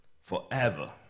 forever